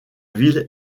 ville